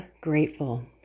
grateful